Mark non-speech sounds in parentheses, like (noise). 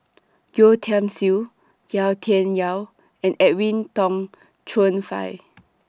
Yeo Tiam Siew Yau Tian Yau and Edwin Tong Chun Fai (noise)